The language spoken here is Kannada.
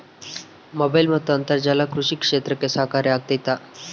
ಮೊಬೈಲ್ ಮತ್ತು ಅಂತರ್ಜಾಲ ಕೃಷಿ ಕ್ಷೇತ್ರಕ್ಕೆ ಸಹಕಾರಿ ಆಗ್ತೈತಾ?